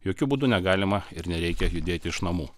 jokiu būdu negalima ir nereikia judėti iš namų